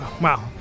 wow